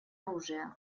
оружия